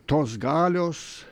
tos galios